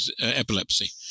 epilepsy